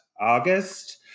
August